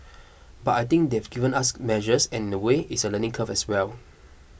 but I think they've given us measures and in a way it's a learning curve as well